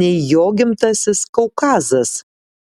nei jo gimtasis kaukazas